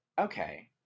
Okay